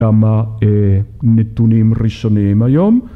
‫כמה נתונים ראשוניים היום.